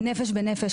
'נפש בנפש',